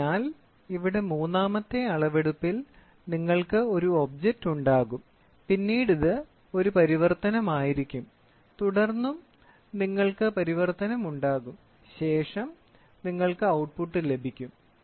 അതിനാൽ ഇവിടെ മൂന്നാമത്തെ അളവെടുപ്പിൽ നിങ്ങൾക്ക് ഒരു ഒബ്ജക്റ്റ് ഉണ്ടാകും പിന്നീട് ഇത് ഒരു പരിവർത്തനമായിരിക്കും തുടർന്നും നിങ്ങൾക്ക് പരിവർത്തനം ഉണ്ടാകും ശേഷം നിങ്ങൾക്ക് ഔട്ട്പുട്ട് ലഭിക്കും